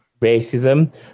racism